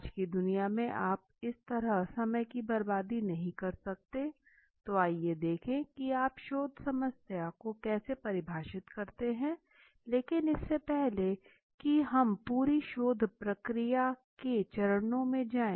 आज की दुनिया में आप इस तरह समय की बर्बादी नहीं कर सकते तो आइए देखें कि आप शोध समस्या को कैसे परिभाषित करते हैं लेकिन इससे पहले कि हम पूरी शोध प्रक्रिया के चरणों में जाएंगे